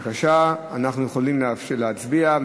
בבקשה, אנחנו יכולים להצביע.